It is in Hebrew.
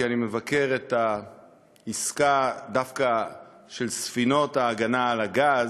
כי אני מבקר דווקא את העסקה של ספינות ההגנה על הגז.